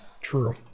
true